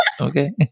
okay